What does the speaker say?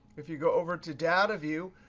if you go over to data view,